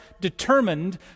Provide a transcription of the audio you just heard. determined